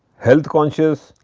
health conscious,